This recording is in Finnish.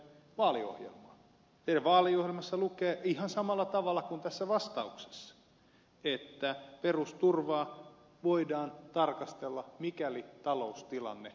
teidän vaaliohjelmassanne lukee ihan samalla tavalla kuin tässä vastauksessa että perusturvaa voidaan tarkastella mikäli taloustilanne paranee